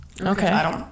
Okay